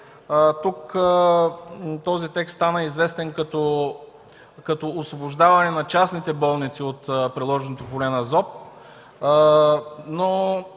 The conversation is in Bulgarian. Тук този текст стана известен като освобождаване на частните болници от приложното поле на Закона